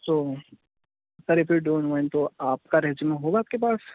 so sir if you don't mind تو آپ کا ریزیوم ہوگا آپ کے پاس